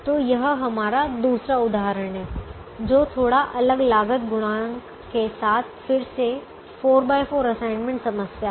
तो यह हमारा दूसरा उदाहरण है जो थोड़ा अलग लागत गुणांक के साथ फिर से 4 x 4 असाइनमेंट समस्या है